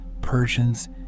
Persians